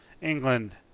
England